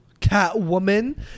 Catwoman